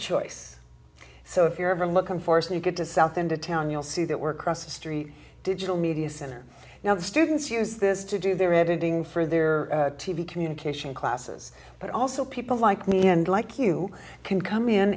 choice so if you're ever looking for so you get to south into town you'll see that we're cross the street digital media center now the students use this to do their editing for their t v communication classes but also people like me and like you can come in